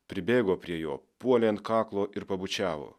pribėgo prie jo puolė ant kaklo ir pabučiavo